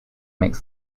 makes